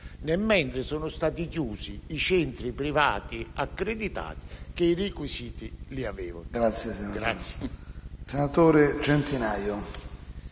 mentre sono stati chiusi i centri privati accreditati che i requisiti li avevano.